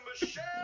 Michelle